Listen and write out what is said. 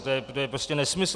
To je prostě nesmysl.